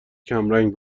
کمرنگ